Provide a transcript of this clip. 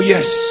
Yes